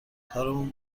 کارمون